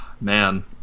man